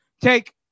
Take